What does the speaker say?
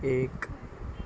ایک